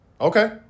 Okay